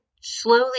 slowly